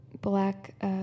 black